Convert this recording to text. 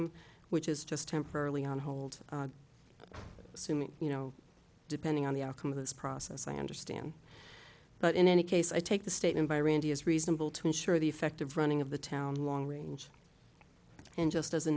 him which is just temporarily on hold assuming you know depending on the outcome of this process i understand but in any case i take the statement by randy is reasonable to insure the effective running of the town long range and just as a